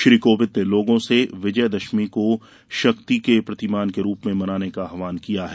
श्री कोविंद ने लोगों से विजय दशमी को शक्ति के प्रतिमान के रूप में मनाने का आह्वान किया है